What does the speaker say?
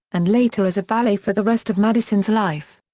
and later as a valet for the rest of madison's life.